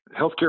Healthcare